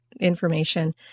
information